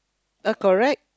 a correct